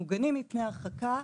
מוגנים מפני הרחקה,